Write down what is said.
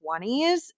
20s